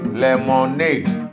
lemonade